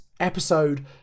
episode